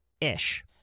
ish